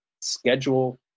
schedule